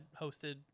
hosted